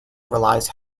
relies